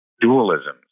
dualism